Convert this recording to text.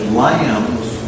lambs